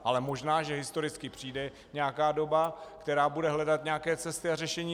Ale možná, že historicky přijde nějaká doba, která bude hledat nějaké cesty a řešení.